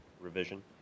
revision